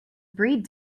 breed